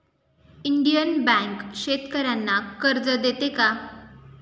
Indian Bank शेतकर्यांना कर्ज देते का?